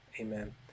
Amen